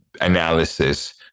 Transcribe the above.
analysis